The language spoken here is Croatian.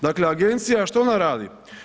Dakle, agencija što ona radi?